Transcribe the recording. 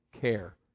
care